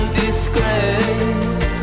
disgrace